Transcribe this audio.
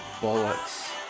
bullets